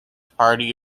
party